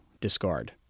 discard